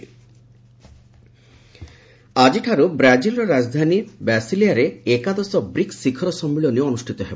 PM BRICS ଆଜିଠାରୁ ବ୍ରାଜିଲର ରାଜଧାନୀ ବାସିଲିଆରେ ଏକାଦଶ ବ୍ରିକ୍ସ ଶିଖର ସମ୍ମିଳନୀ ଅନୁଷ୍ଠିତ ହେବ